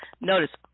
Notice